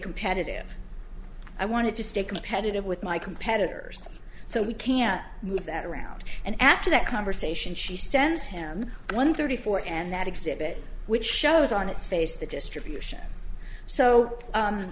competitive i wanted to stay competitive with my competitors so we can move that around and after that conversation she sends him one thirty four and that exhibit which shows on its face the distribution so